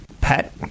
pet